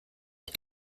die